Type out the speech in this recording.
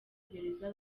gereza